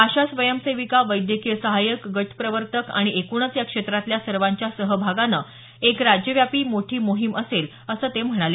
आशा स्वयंसेविका वैद्यकीय सहायक गट प्रवर्तक आणि एकूणच या क्षेत्रातल्या सर्वाँच्या सहभागाने एक राज्यव्यापी मोठी मोहीम असेल असं ते म्हणाले